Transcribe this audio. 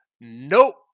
Nope